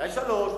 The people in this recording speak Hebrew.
אולי שלוש שנים,